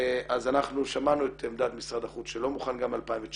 אז אנחנו שמענו את עמדת משרד החוץ שלא מוכן גם ב-2019